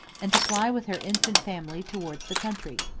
and to fly with her infant family towards the country.